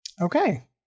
Okay